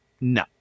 No